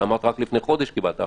אמרת שרק לפני חודש קיבלת אחריות.